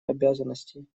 обязанностей